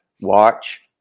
watch